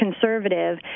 conservative